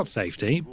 safety